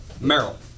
Merrill